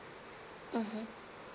mmhmm